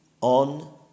on